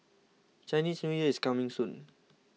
Chinese New Year is coming soon